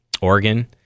Oregon